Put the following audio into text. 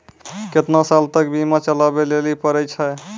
केतना साल तक बीमा चलाबै लेली पड़ै छै?